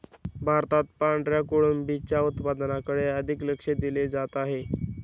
भारतात पांढऱ्या कोळंबीच्या उत्पादनाकडे अधिक लक्ष दिले जात आहे